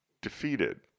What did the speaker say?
defeated